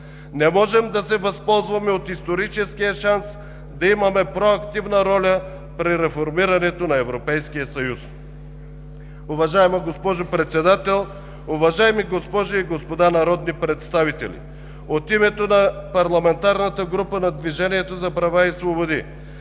Не можем да се възползваме от историческия шанс да имаме проактивна роля при реформирането на Европейския съюз. Уважаема госпожо Председател, уважаеми госпожи и господа народни представители, от името на Парламентарната група на Движението за права и свободи